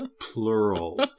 plural